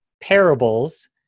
parables